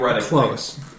Close